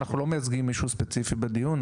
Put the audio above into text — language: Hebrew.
אני לא מייצג מישהו ספציפי בדיון כאן,